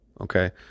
Okay